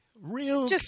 Real